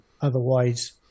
otherwise